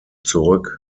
zurück